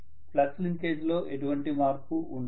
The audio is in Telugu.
ఫ్లక్స్ లింకేజ్ లో ఎటువంటి మార్పు ఉండదు